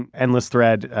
and endless thread,